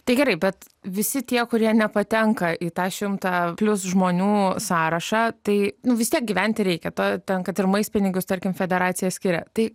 tai gerai bet visi tie kurie nepatenka į tą šimtą plius žmonių sąrašą tai vis tiek gyventi reikia tad tenka ir maistpinigius tarkim federacija skiria tai